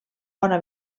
bona